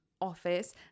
office